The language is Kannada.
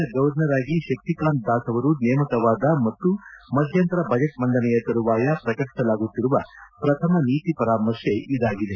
ನ ಗೌರ್ನರ್ ಆಗಿ ಶಕ್ಕಿಕಾಂತ್ ದಾಸ್ ಅವರು ನೇಮಕವಾದ ಮತ್ತು ಮಧ್ಯಂತರ ಬಜೆಟ್ ಮಂಡನೆಯ ತರುವಾಯ ಪ್ರಕಟಿಸಲಾಗುತ್ತಿರುವ ಪ್ರಥಮ ನೀತಿ ಪರಾಮರ್ಶೆ ಇದಾಗಿದೆ